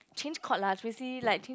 change code lah especially like change